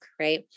right